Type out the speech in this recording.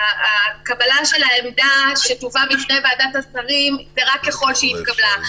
הקבלה של העמדה שתובא בפני ועדת השרים זה רק ככל שהיא התקבלה.